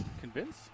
Convince